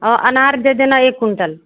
और अनार दे देना एक कुन्टल